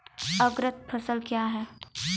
अग्रतर फसल क्या हैं?